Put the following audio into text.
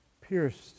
pierced